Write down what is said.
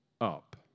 up